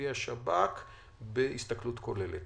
כלי השב"כ בהסתכלות כוללת.